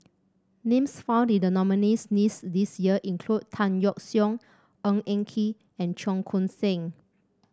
names found in the nominees' list this year include Tan Yeok Seong Ng Eng Kee and Cheong Koon Seng